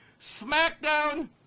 SmackDown